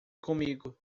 comigo